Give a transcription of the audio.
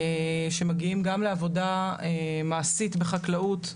שמגיעים גם לעבודה מעשית בחקלאות,